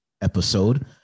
episode